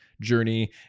journey